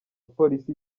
polisi